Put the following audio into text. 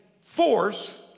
force